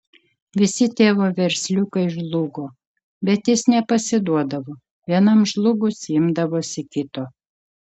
visi tėvo versliukai žlugo bet jis nepasiduodavo vienam žlugus imdavosi kito